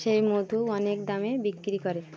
সেই মধু অনেক দামে বিক্রি করে